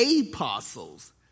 apostles